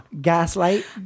Gaslight